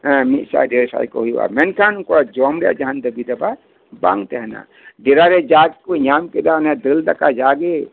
ᱢᱤᱫ ᱥᱟᱭ ᱰᱮᱲ ᱥᱟᱭ ᱠᱚ ᱦᱩᱭᱩᱜᱼᱟ ᱢᱮᱱᱠᱷᱟᱱ ᱡᱚᱢ ᱨᱮᱭᱟᱜ ᱡᱟᱦᱟᱸᱱ ᱫᱟᱹᱵᱤ ᱫᱟᱵᱟ ᱵᱟᱝ ᱛᱟᱦᱮᱸᱱᱟ ᱰᱮᱨᱟ ᱨᱮ ᱡᱟ ᱜᱮᱠᱚ ᱧᱟᱢ ᱠᱮᱫᱟ ᱫᱟᱹᱞ ᱫᱟᱠᱟ ᱡᱟᱜᱮ